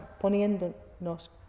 poniéndonos